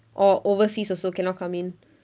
or overseas also cannot come in